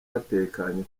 batekanye